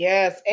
Yes